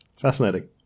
fascinating